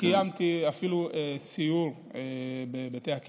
קיימתי סיור בבתי הכלא.